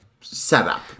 setup